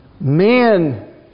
Men